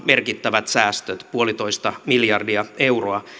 merkittävät säästöt yksi pilkku viisi miljardia euroa